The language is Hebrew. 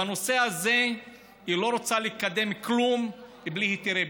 בנושא הזה היא לא רוצה לקדם כלום בלי היתרי בנייה.